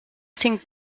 cinc